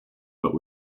but